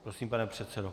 Prosím, pane předsedo.